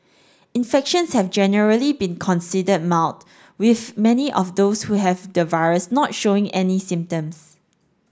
infections have generally been considered mild with many of those who have the virus not showing any symptoms